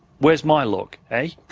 where is my look, ah?